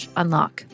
unlock